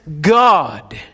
God